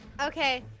Okay